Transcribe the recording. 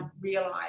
realize